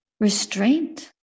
restraint